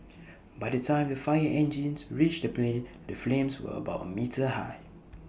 by the time the fire engines reached the plane the flames were about A metre high